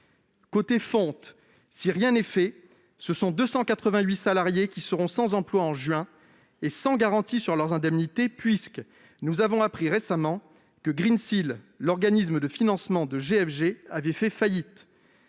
Côté fonte, si rien n'est fait, ce sont 288 salariés qui seront sans emploi en juin et sans garantie sur leurs indemnités, puisque nous avons appris récemment que Greensill, organisme de financement de GFG, avait fait faillite.